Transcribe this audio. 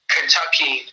Kentucky